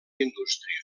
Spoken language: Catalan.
indústria